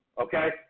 okay